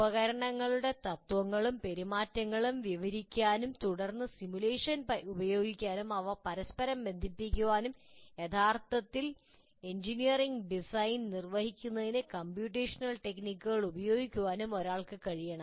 ഉപകരണങ്ങളുടെ തത്ത്വങ്ങളും പെരുമാറ്റങ്ങളും വിവരിക്കാനും തുടർന്ന് സിമുലേഷൻ ഉപയോഗിക്കാനും അവ പരസ്പരം ബന്ധിപ്പിക്കാനും യഥാർത്ഥത്തിൽ എഞ്ചിനീയറിംഗ് ഡിസൈൻ നിർവ്വഹിക്കുന്നതിന് കമ്പ്യൂട്ടേഷണൽ ടെക്നിക്കുകൾ ഉപയോഗിക്കാനും ഒരാൾക്ക് കഴിയണം